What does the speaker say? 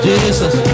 Jesus